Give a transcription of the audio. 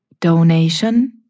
Donation